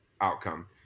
outcome